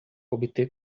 obter